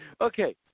Okay